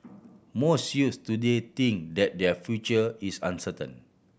most youths today think that their future is uncertain